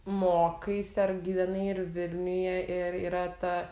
mokaisi ar gyvenai ir vilniuje ir yra ta